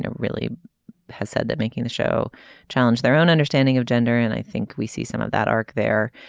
ah really has said that making the show challenged their own understanding of gender and i think we see some of that arc there.